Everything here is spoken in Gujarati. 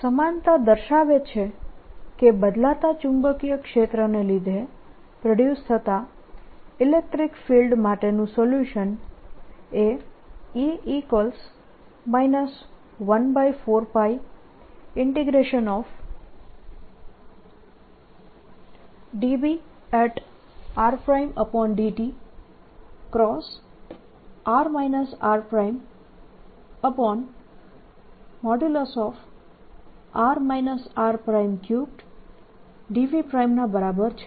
સમાનતા દર્શાવે છે કે બદલાતા ચુંબકીય ક્ષેત્રને લીધે પ્રોડ્યુસ થતા ઇલેક્ટ્રીક ફિલ્ડ માટેનું સોલ્યુશન એ rt 14πB r∂t×r rr r3dV ના બરાબર છે